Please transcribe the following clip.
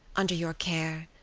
under your care,